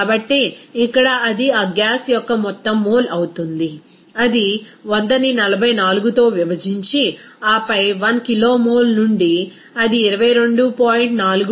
కాబట్టి ఇక్కడ అది ఆ గ్యాస్ యొక్క మొత్తం మోల్ అవుతుంది అది 100ని 44తో విభజించి ఆపై 1 కిలోమోల్ నుండి అది 22